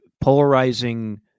Polarizing